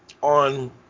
on